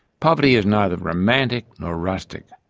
poverty is neither romantic nor rustic.